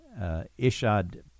Ishad